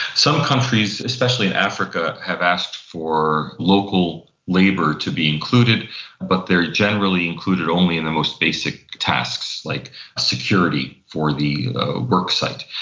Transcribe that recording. some countries, especially in africa, have asked for local labour to be but they are generally included only in the most basic tasks, like security for the worksite.